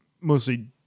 mostly